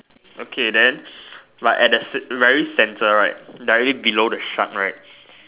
okay then but at the very center right directly below the shark right